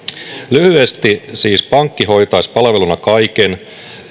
lyhyesti siis pankki hoitaisi palveluna kaiken